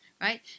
right